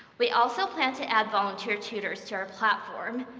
we also plan to add volunteer tutors to our platform,